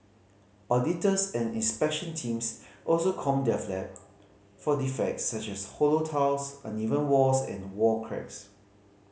auditors and inspection teams also comb their flat for defects such as hollow tiles uneven walls and wall cracks